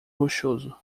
rochoso